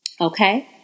Okay